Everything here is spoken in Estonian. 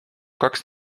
kaks